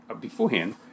beforehand